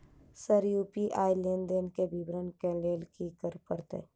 Sir UPI लेनदेन केँ विवरण केँ लेल की करऽ परतै?